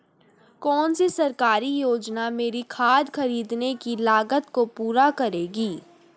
कौन सी सरकारी योजना मेरी खाद खरीदने की लागत को पूरा करेगी?